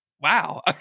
wow